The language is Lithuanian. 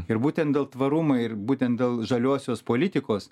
ir būtent dėl tvarumo ir būtent dėl žaliosios politikos